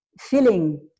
feeling